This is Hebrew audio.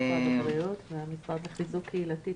משרד הבריאות והמשרד לחיזוק קהילתי.